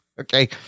Okay